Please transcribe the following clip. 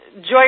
Joy